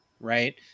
Right